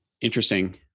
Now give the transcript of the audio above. Interesting